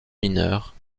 mineure